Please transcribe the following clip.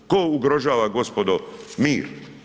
Tko ugrožava gospodo, mir?